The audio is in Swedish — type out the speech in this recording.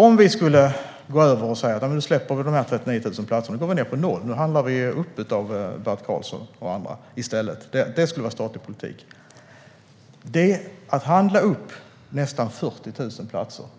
Om vi skulle släppa de 39 000 platserna, gå ned på noll och i stället handla upp av Bert Karlsson och andra